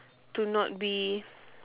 to not be